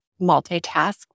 multitask